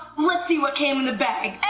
let's see what came in the bag.